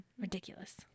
ridiculous